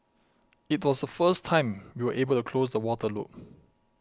it was the first time we were able to close the water loop